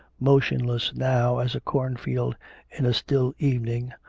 motionless now as a cornfield in a still evening,